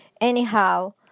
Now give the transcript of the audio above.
anyhow